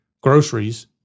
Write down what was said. groceries